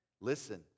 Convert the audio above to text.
listen